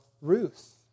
Ruth